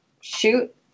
Shoot